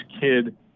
kid